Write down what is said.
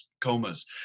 comas